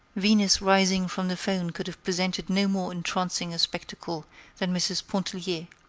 venus rising from the foam could have presented no more entrancing a spectacle than mrs. pontellier,